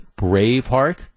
Braveheart